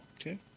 Okay